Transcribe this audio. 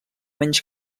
menys